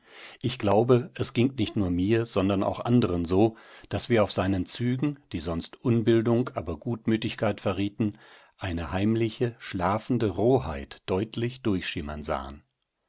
ich glaube es ging nicht nur mir sondern auch anderen so daß wir auf seinen zügen die sonst unbildung aber gutmütigkeit verrieten eine heimliche schlafende roheit deutlich durchschimmern sahen